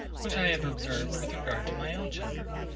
which i have observed with regard to my own children,